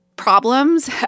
problems